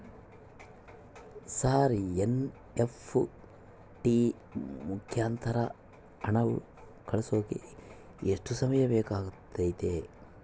Sir NEFT ಮುಖಾಂತರ ಹಣ ಕಳಿಸೋಕೆ ಎಷ್ಟು ಸಮಯ ಬೇಕಾಗುತೈತಿ?